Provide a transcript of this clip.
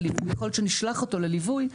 ליווי יכול להיות שנשלח אותו לליווי,